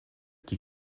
die